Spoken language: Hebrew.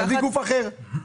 תביא גוף אחר.